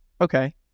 Okay